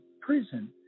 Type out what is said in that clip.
prison